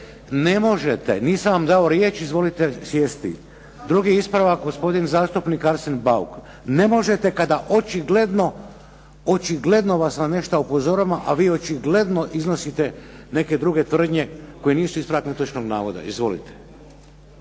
ne možete, nisam vam dao riječ, izvolite sjesti. Drugi ispravak, gospodin zastupnik Arsen Bauk. Ne možete kada očigledno vas na nešto upozoravam, a vi očigledno iznosite neke druge tvrdnje koje nisu ispravak netočnog navoda. Izvolite.